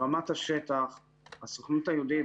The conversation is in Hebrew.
ברמת השטח הסוכנות היהודית,